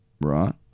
right